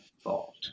fault